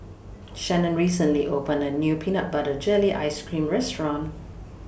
Shanon recently opened A New Peanut Butter Jelly Ice Cream Restaurant